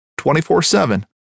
24-7